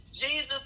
Jesus